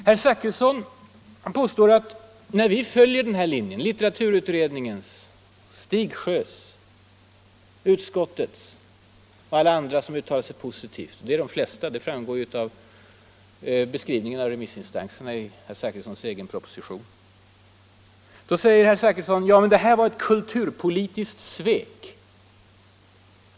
Herr Zachrisson påstår att när vi följer litteraturutredningens, Stigsjöös och utskottets linje begår vi ett ”kulturpolitiskt svek”.